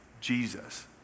Jesus